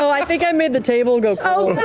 so i think i made the table go cold.